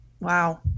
Wow